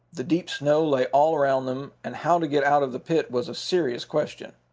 the deep snow lay all around them and how to get out of the pit was a serious question.